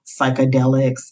psychedelics